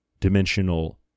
dimensional